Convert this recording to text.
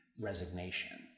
resignation